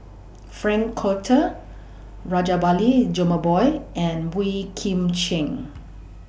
Frank Cloutier Rajabali Jumabhoy and Boey Kim Cheng